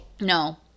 No